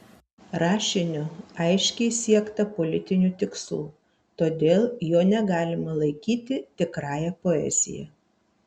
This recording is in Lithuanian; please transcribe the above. rašiniu aiškiai siekta politinių tikslų todėl jo negalima laikyti tikrąja poezija